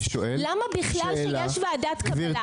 למה בכלל יש קבלת קבלה?